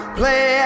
play